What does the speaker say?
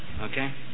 okay